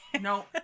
No